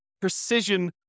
precision